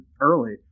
early